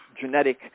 genetic